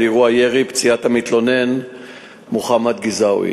אירוע ירי ועל פציעת המתלונן מוחמד גזאווי.